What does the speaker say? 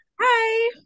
Hi